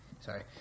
Sorry